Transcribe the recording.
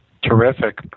Terrific